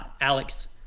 Alex